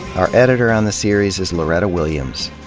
our editor on the series is loretta williams.